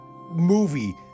movie